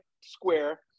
square